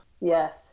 Yes